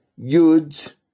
yud